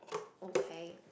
okay